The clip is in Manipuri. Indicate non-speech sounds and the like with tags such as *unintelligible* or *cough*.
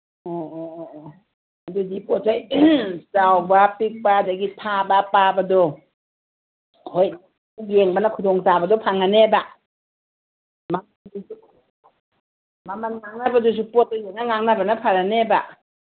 ꯑꯣ ꯑꯣ ꯑꯣ ꯑꯣ ꯑꯗꯨꯗꯤ ꯄꯣꯠ ꯆꯩ ꯆꯥꯎꯕ ꯄꯤꯛꯄ ꯑꯗꯒꯤ ꯊꯥꯕ ꯄꯥꯕꯗꯣ ꯍꯣꯏ ꯌꯦꯡꯕꯅ ꯈꯨꯗꯣꯡꯆꯥꯕꯗꯨ ꯐꯪꯉꯅꯤꯕ *unintelligible* ꯃꯃꯟ ꯉꯥꯡꯅꯕꯗꯨꯁꯨ ꯄꯣꯠꯇꯣ ꯌꯦꯡꯉ ꯉꯥꯡꯅꯕꯅ ꯐꯔꯅꯦꯕ